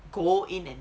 go in and